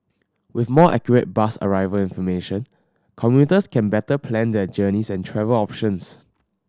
with more accurate bus arrival information commuters can better plan their journeys and travel options